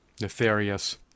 nefarious